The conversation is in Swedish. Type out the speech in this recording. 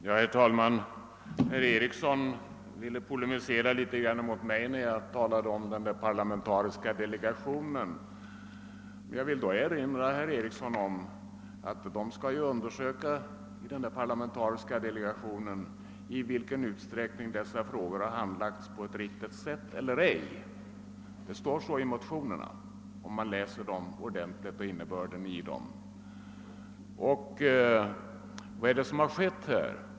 Herr talman! Herr Eriksson i Arvika polemiserade litet mot mig för vad jag sade om den parlamentariska delegationen som man vill tillsätta. Jag vill då erinra om att en sådan delegation skulle undersöka huruvida dessa frågor har handlagts på riktigt sätt eller inte. Det står så i motionerna, vilket vi finner om vi läser dem ordentligt. Vad är det som hänt i detta fall?